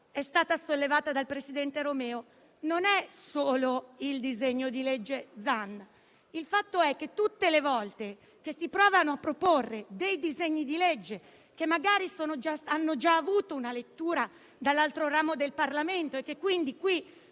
è stata sollevata dal presidente Romeo - non è solo il disegno di legge Zan. Il fatto è che tutte le volte che si provano a proporre dei disegni di legge, che magari sono stati già approvati in prima lettura dall'altro ramo del Parlamento e che quindi qui